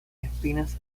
espinas